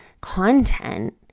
content